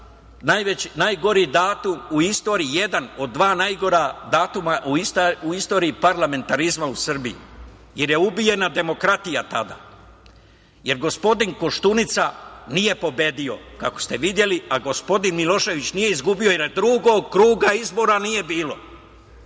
je bio najgori datum u istoriji jedan od dva najgora datuma u istoriji parlamentarizma u Srbiji. Ubijena je demokratija tada, jer gospodin Koštunica nije pobedio, kako ste videli, a gospodin Milošević nije izgubio, jer drugog kruga izbora nije bilo.